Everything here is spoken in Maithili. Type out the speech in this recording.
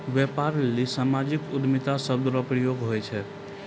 व्यापार लेली सामाजिक उद्यमिता शब्द रो प्रयोग हुवै छै